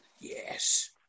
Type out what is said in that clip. Yes